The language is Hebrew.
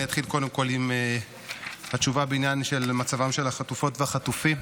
אני אתחיל קודם כול עם התשובה בעניין של מצבם של החטופות והחטופים.